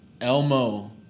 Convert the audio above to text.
Elmo